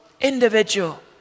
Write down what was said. individual